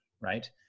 right